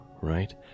right